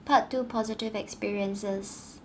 part two positive experiences